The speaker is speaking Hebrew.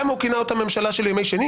למה הוא כינה אותה "ממשלה של ימי שני"?